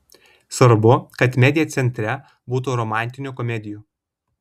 svarbu kad media centre būtų romantinių komedijų